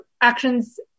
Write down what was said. actions